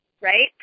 right